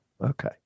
Okay